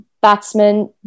Batsman